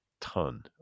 ton